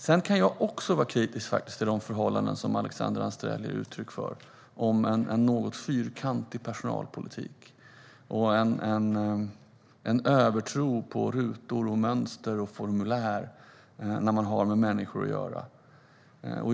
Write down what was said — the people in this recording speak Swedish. Sedan kan jag också vara kritisk till det som Alexandra Anstrell ger uttryck för när det gäller en något fyrkantig personalpolitik och en övertro på rutor, mönster och formulär när man har med människor att göra.